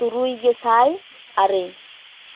ᱛᱩᱨᱩᱭ ᱜᱮᱥᱟᱭ ᱟᱨᱮ